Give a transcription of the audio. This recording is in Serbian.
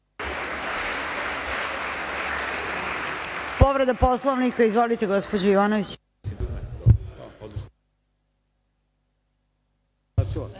Poslovnika, izvolite gospođo Ivanović.